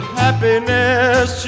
happiness